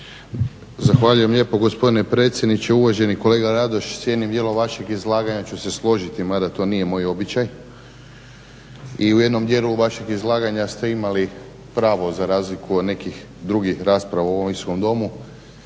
Zahvaljujem lijepo gospodine predsjedniče. Uvaženi kolega Radoš s cijelim dijelom vašeg izlaganja ću se složiti mada to nije moj običaj. I u jednom dijelu vašeg izlaganja ste imali pravo za razliku od nekih drugih rasprava u ovom Domu.